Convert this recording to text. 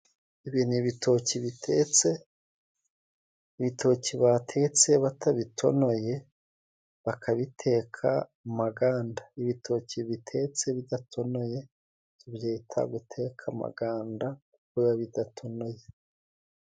Ibi ni ibitoki bitetse, ibitoki batetse batabitonoye, bakabiteka amaganda, ibitoki bitetse bidatonoye, tubyita guteka amaganda biba bidatonoye.